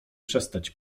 przestać